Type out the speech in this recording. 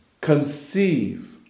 conceive